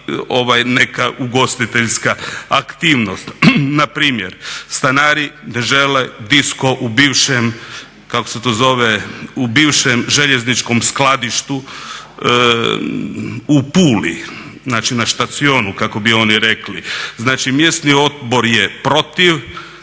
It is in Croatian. neka ugostiteljska aktivnost. Na primjer stanari ne žele disko u bivšem kako se to zove u bivšem željezničkom skladištu u Puli, znači na štacionu kako bi oni rekli. Znači, mjesni odbor je protiv